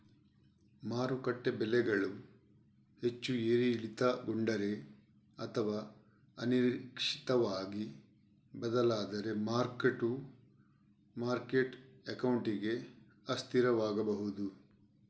ಮಾರುಕಟ್ಟೆ ಬೆಲೆಗಳು ಹೆಚ್ಚು ಏರಿಳಿತಗೊಂಡರೆ ಅಥವಾ ಅನಿರೀಕ್ಷಿತವಾಗಿ ಬದಲಾದರೆ ಮಾರ್ಕ್ ಟು ಮಾರ್ಕೆಟ್ ಅಕೌಂಟಿಂಗ್ ಅಸ್ಥಿರವಾಗಬಹುದು